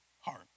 heart